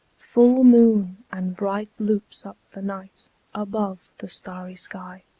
full moon and bright loops up the night above the starry sky.